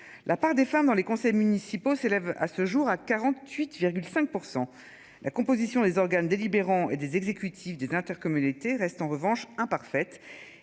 La part des femmes dans les conseils municipaux s'élève à ce jour à 48,5%. La composition des organes délibérants et des exécutifs des intercommunalités reste en revanche en parfaite